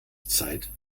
zeit